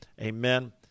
Amen